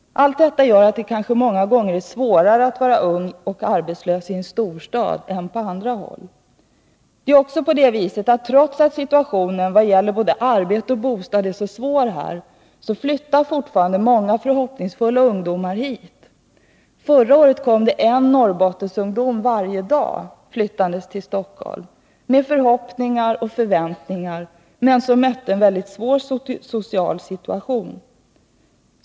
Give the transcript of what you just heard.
Allt detta gör att det kanske många gånger är svårare att vara ung och arbetslös i en storstad än på andra håll. Trots att situationen när det gäller både arbete och bostad är så svår här flyttar fortfarande många förhoppningsfulla ungdomar hit. Förra året kom det en ung människa från Norrbotten flyttandes till Stockholm varje dag, med förhoppningar och förväntningar. De mötte en mycket svår social situation.